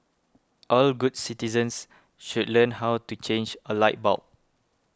all good citizens should learn how to change a light bulb